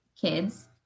kids